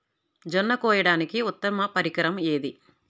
జొన్న కోయడానికి ఉత్తమ పరికరం ఏది?